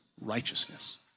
righteousness